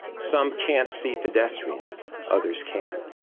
some can't see pedestrians, others can,